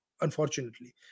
unfortunately